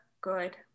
good